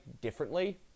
differently